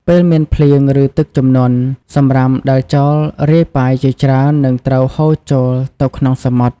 ពេលមានភ្លៀង ឬទឹកជំនន់ សំរាមដែលចោលរាយប៉ាយជាច្រើននឹងត្រូវហូរចូលទៅក្នុងសមុទ្រ។